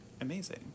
amazing